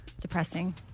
Depressing